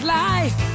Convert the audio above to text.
life